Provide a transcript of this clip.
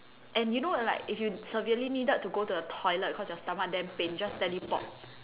and you know like if you severely needed to go to the toilet cause your stomach damn pain just teleport